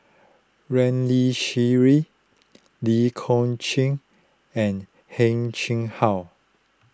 Ramli Sarip Lee Kong Chian and Heng Chee How